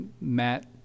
Matt